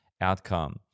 outcome